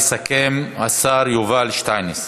יסכם השר יובל שטייניץ.